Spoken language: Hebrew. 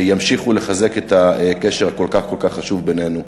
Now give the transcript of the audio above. ימשיכו לחזק את הקשר הכל-כך חשוב בינינו.